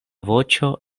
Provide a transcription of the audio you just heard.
voĉo